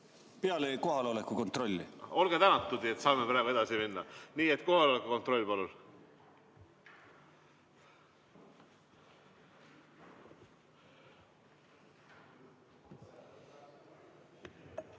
peale kohaloleku kontrolli. Olge tänatud, nii et saame praegu edasi minna. Kohaloleku kontroll, palun!